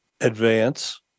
advance